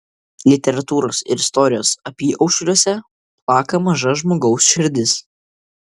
literatūros ir istorijos apyaušriuose plaka maža žmogaus širdis